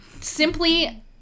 simply